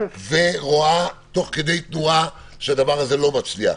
ורואה תוך כדי תנועה שהדבר הזה לא מצליח,